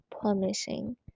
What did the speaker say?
promising